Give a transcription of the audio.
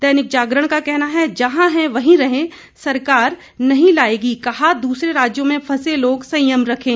दैनिक जागरण का कहना है जहां हैं वहीं रहें सरकार नहीं लाएगी कहा दूसरे राज्यों में फंसे लोग संयम रखें